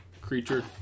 creature